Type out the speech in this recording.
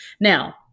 Now